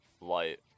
Light